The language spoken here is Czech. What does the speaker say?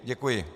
Děkuji.